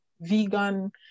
vegan